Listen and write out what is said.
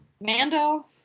Mando